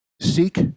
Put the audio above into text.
Seek